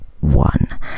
one